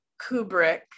Kubrick